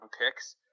picks